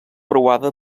preuada